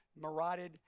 marauded